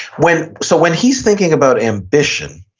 when so when he's thinking about ambition,